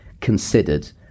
considered